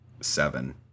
seven